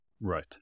Right